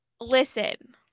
listen